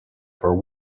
for